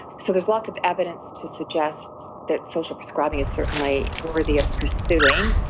so there's lots of evidence to suggest that social prescribing is certainly worthy of pursuing.